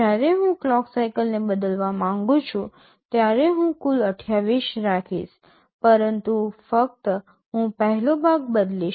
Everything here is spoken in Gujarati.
જ્યારે હું ક્લોક સાઇકલને બદલવા માંગુ છું ત્યારે હું કુલ 28 રાખીશ પરંતુ ફક્ત હું પહેલો ભાગ બદલીશ